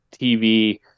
tv